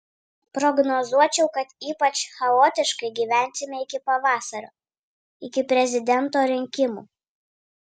prognozuočiau kad ypač chaotiškai gyvensime iki pavasario iki prezidento rinkimų